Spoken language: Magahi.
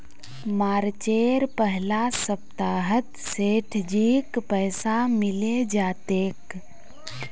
मार्चेर पहला सप्ताहत सेठजीक पैसा मिले जा तेक